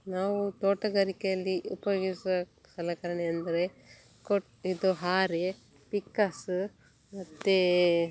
ನಾವು ತೋಟಗಾರಿಕೆಯಲ್ಲಿ ಉಪಯೋಗಿಸುವ ಸಲಕರಣೆ ಎಂದರೆ ಕೊಟ ಇದು ಹಾರೆ ಪಿಕಾಸಿ ಮತ್ತು